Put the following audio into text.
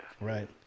Right